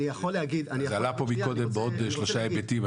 היא קלעה פה מקודם בעוד שלושה היבטים,